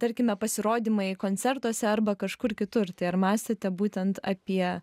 tarkime pasirodymai koncertuose arba kažkur kitur tai ar mąstėte būtent apie